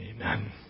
Amen